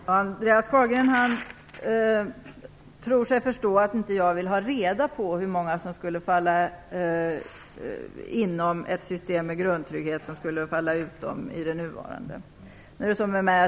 Herr talman! Andreas Carlgren tror sig förstå att jag inte vill ha reda på hur många som skulle falla inom ett system med grundtrygghet av dem som skulle falla utanför i det nuvarande.